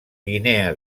guinea